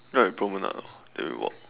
alight at Promenade orh then we walk